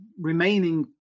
remaining